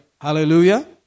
Hallelujah